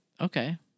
Okay